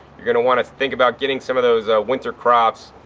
you're going to want to think about getting some of those winter crops,